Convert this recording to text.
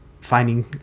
finding